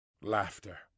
laughter